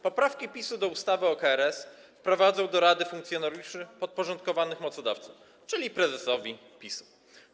Poprawki PiS-u do ustawy o KRS wprowadzą do rady funkcjonariuszy podporządkowanych mocodawcom, czyli prezesowi PiS-u.